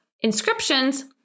inscriptions